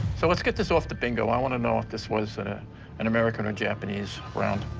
so let's get this off to bingo. i wanna know if this was an ah and american or japanese round.